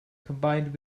combined